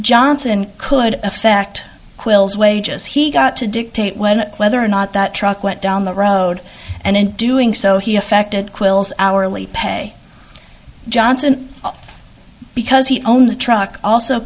johnson could affect quill's wages he got to dictate when whether or not that truck went down the road and in doing so he affected quill's hourly pay johnson because he owned a truck also